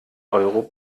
euro